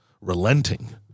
relenting